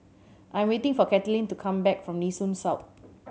I'm waiting for Katlynn to come back from Nee Soon South